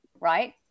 right